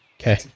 Okay